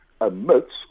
amidst